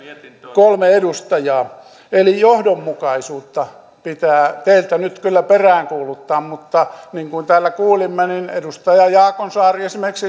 kolme edustajaa eli johdonmukaisuutta pitää teiltä nyt kyllä peräänkuuluttaa mutta niin kuin täällä kuulimme edustaja jaakonsaari esimerkiksi